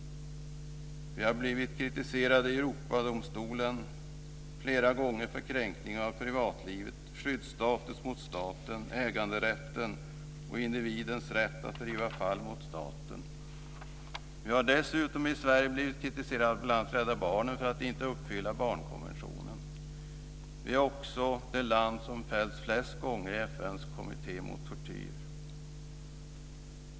Vi har blivit kritiserade i Europadomstolen för kränkningar av privatlivet, skyddsstatus mot staten, äganderätten och individens rätt att driva fall mot staten. Vi har dessutom i Sverige blivit kritiserade av bl.a. Rädda Barnen för att inte uppfylla barnkonventionen. Vi är också det land som har fällts flest gånger i FN:s kommitté mot tortyr.